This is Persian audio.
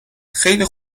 خیلی